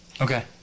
Okay